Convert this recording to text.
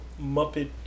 Muppet